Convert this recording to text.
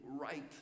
right